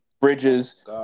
Bridges